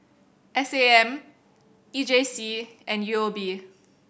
S A M E J C and U O B